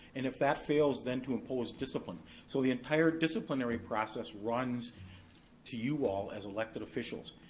and if that fails, then to impose discipline. so the entire disciplinary process runs to you all as elected officials.